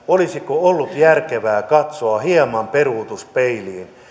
olisiko ollut järkevää katsoa hieman peruutuspeiliin